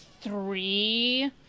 three